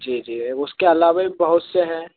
जी जी ये उसके अलावा भी बहुत से हैं